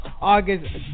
August